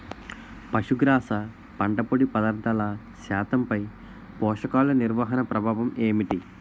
పశుగ్రాస పంట పొడి పదార్థాల శాతంపై పోషకాలు నిర్వహణ ప్రభావం ఏమిటి?